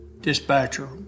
Dispatcher